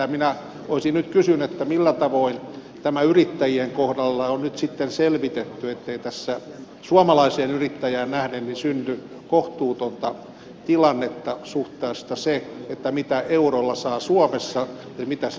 minä olisin nyt kysynyt millä tavoin tämä yrittäjien kohdalla on nyt sitten selvitetty ettei tässä suomalaiseen yrittäjään nähden synny kohtuutonta tilannetta suhteessa siihen mitä eurolla saa suomessa ja mitä sillä saa virossa